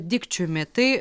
dikčiumi tai